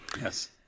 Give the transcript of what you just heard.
Yes